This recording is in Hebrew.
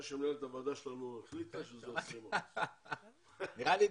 מה שמנהלת הוועדה שלנו החליטה שזה 20%. נראה לי,